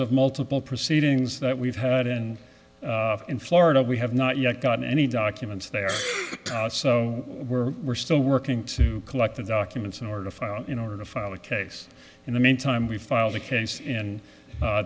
of multiple proceedings that we've had and in florida we have not yet gotten any documents there so we're we're still working to collect the documents in order to file in order to file the case in the meantime we filed the case